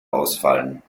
ausfallen